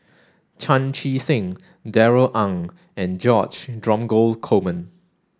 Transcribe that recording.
Chan Chee Seng Darrell Ang and George Dromgold Coleman